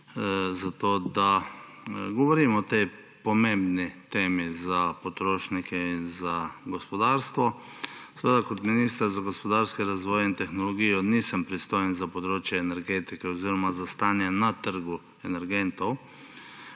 za to, da govorimo o tej pomembni temi za potrošnike in za gospodarstvo. Seveda kot minister za gospodarski razvoj in tehnologijo nisem pristojen za področje energetike oziroma za stanje na trgu energentov,